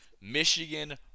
Michigan